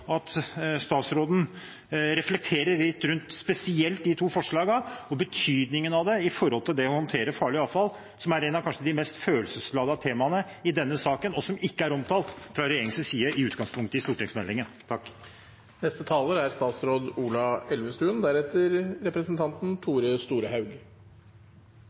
at statsråden reflekterer litt rundt spesielt de to forslagene og betydningen av dem når det gjelder å håndtere farlig avfall, som kanskje er et av de mest følelsesladede temaene i denne saken, og som i utgangspunktet ikke er omtalt fra regjeringens side i